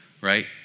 right